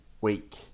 week